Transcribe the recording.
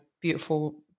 beautiful